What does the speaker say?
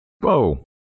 Whoa